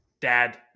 Dad